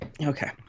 Okay